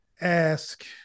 ask